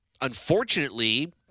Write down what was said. unfortunately